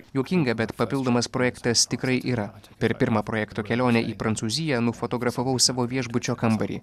juokinga bet papildomas projektas tikrai yra per pirmą projekto kelionę į prancūziją nufotografavau savo viešbučio kambarį